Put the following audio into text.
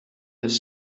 his